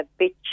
Bitch